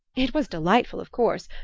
it was delightful, of course,